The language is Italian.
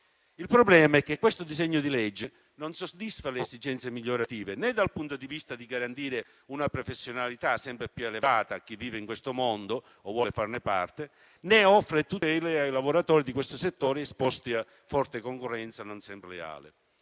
Il problema è che questo disegno di legge non soddisfa le esigenze migliorative, in quanto non garantisce una professionalità sempre più elevata a chi vive in questo mondo o vuole farne parte, né offre tutele ai lavoratori di questo settore esposti a forte concorrenza, non sempre leale.